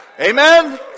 Amen